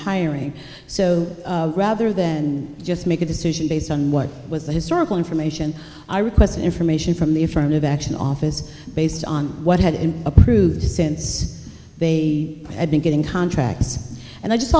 hiring so rather then just make a decision based on what was the historical information i requested information from the affirmative action office based on what had and approved since they had been getting contracts and i just